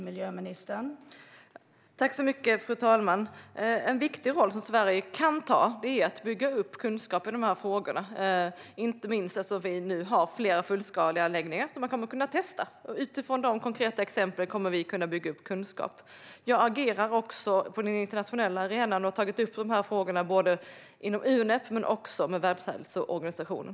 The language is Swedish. Fru talman! En viktig roll som Sverige kan ta är att bygga upp kunskap i de här frågorna, inte minst som vi nu har flera fullskaliga anläggningar som man kommer att kunna testa. Utifrån de konkreta exemplen kommer vi att kunna bygga upp kunskap. Jag agerar också på den internationella arenan och har tagit upp de här frågorna inom Unep men också med Världshälsoorganisationen.